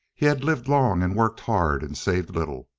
he had lived long and worked hard and saved little.